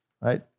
right